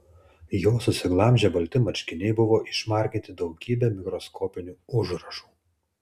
jo susiglamžę balti marškiniai buvo išmarginti daugybe mikroskopinių užrašų